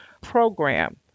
program